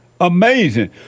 Amazing